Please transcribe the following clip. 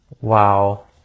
Wow